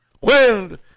Wind